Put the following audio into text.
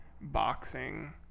boxing